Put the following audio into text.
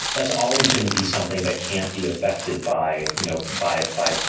that's always gonna be something that can't be affected by, you know. bye bye.